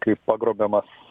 kai pagrobiamas